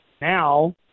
now